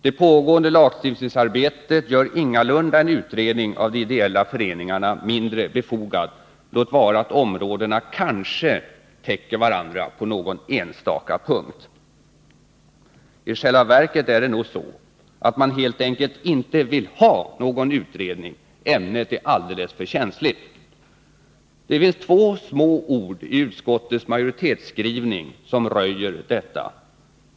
Det pågående lagstiftningsarbetet gör ingalunda en utredning av de ideella föreningarna mindre befogad, låt vara att områdena kanske täcker varandra på någon enstaka punkt. I själva verket är det nog så att man helt enkelt inte vill ha någon utredning — ämnet är alldeles för känsligt. Det finns två små ord i utskottets majoritetsskrivning som röjer detta.